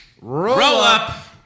roll-up